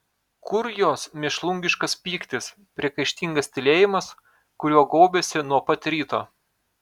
kur jos mėšlungiškas pyktis priekaištingas tylėjimas kuriuo gaubėsi nuo pat ryto